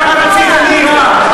אתה תטיף לי?